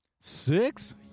Six